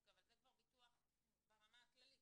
אוקיי אבל זה כבר ביטוח ברמה הכללית,